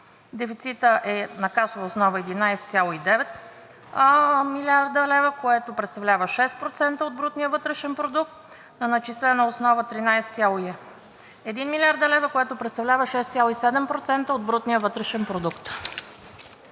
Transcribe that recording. дефицитът на касова основа е 11,9 млрд. лв., което представлява 6% от брутния вътрешен продукт, на начислена основа е 13,1 млрд. лв., което представлява 6,7% от брутния вътрешен продукт.